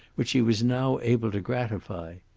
which she was now able to gratify.